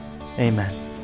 Amen